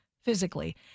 physically